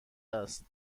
است